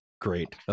great